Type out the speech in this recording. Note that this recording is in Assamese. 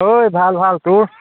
ঐ ভাল ভাল তোৰ